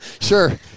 sure